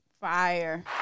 Fire